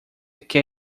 quer